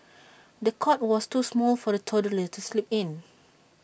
the cot was too small for the toddler to sleep in